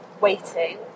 waiting